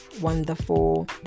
wonderful